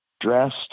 dressed